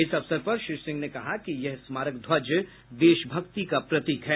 इस अवसर पर श्री सिंह ने कहा कि यह स्मारक ध्वज देशभक्ति का प्रतीक है